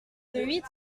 huit